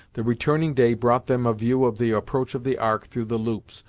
the returning day brought them a view of the approach of the ark through the loops,